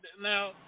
now